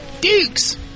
Duke's